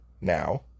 now